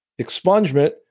Expungement